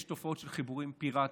יש תופעות של חיבורים פיראטיים,